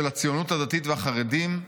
של הציונות הדתית והחרדים,